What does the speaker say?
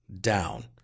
down